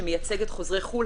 שמייצג את חוזרי חו"ל,